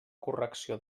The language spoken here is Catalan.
correcció